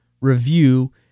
review